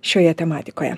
šioje tematikoje